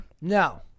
no